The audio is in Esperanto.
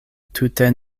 tute